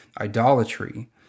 idolatry